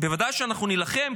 בוודאי שאנחנו נילחם,